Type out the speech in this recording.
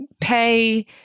pay